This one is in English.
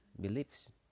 beliefs